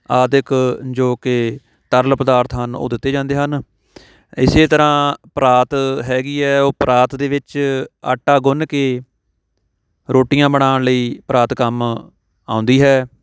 ਆਦਿਕ ਜੋ ਕਿ ਤਰਲ ਪਦਾਰਥ ਹਨ ਉਹ ਦਿੱਤੇ ਜਾਂਦੇ ਹਨ ਇਸ ਤਰ੍ਹਾਂ ਪਰਾਤ ਹੈਗੀ ਹੈ ਉਹ ਪਰਾਤ ਦੇ ਵਿੱਚ ਆਟਾ ਗੁੰਨ੍ਹ ਕੇ ਰੋਟੀਆਂ ਬਣਾਉਣ ਲਈ ਪਰਾਤ ਕੰਮ ਆਉਂਦੀ ਹੈ